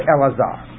Elazar